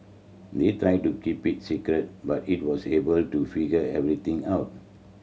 they tried to keep it a secret but it was able to figure everything out